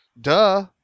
duh